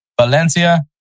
Valencia